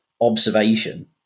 observation